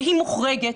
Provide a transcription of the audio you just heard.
והיא מוחרגת,